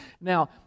Now